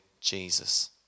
Jesus